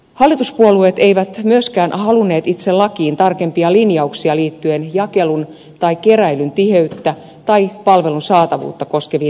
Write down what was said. hallituspuolueet eivät myöskään halunneet itse lakiin tarkempia linjauksia liittyen jakelun tai keräilyn tiheyttä tai palvelun saatavuutta koskeviin ehtoihin